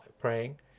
praying